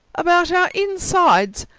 about our insides!